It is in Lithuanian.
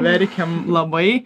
verkėm labai